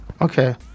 Okay